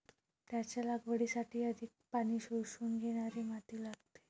त्याच्या लागवडीसाठी अधिक पाणी शोषून घेणारी माती लागते